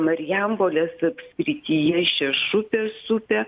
marijampolės apskrityje šešupės upė